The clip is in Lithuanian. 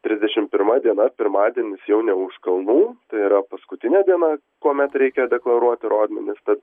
trisdešim pirma diena pirmadienis jau ne už kalnų tai yra paskutinė diena kuomet reikia deklaruoti rodmenis tad